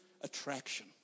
attraction